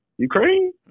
Ukraine